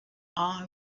eye